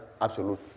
absolute